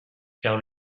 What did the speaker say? car